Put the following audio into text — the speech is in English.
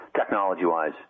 technology-wise